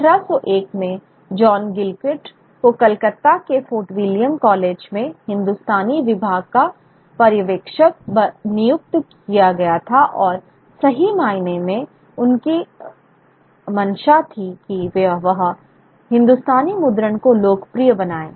1801 में John Gilchrist को कलकत्ता के फोर्ट विलियम कॉलेज में हिंदुस्तानी विभाग का पर्यवेक्षक नियुक्त किया गया था और सही मायने में उनकी मंशा थी कि वह हिंदुस्तानी मुद्रण को लोकप्रिय बनाएं